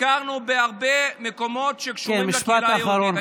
ביקרנו בהרבה מקומות שקשורים לקהילה היהודית.